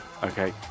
Okay